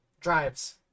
drives